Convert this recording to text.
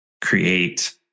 create